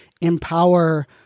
empower